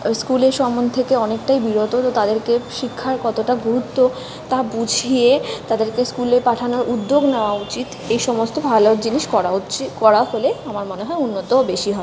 স্কুলের সম্বন্ধ থেকে অনেকটাই বিরত তো তাদেরকে শিক্ষার কতটা গুরত্ব তা বুঝিয়ে তাদেরকে স্কুলে পাঠানোর উদ্যোগ নেওয়া উচিত এই সমস্ত ভালো জিনিস করা উচিত করা হলে আমার মনে হয় উন্নতিও বেশি হবে